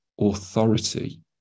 authority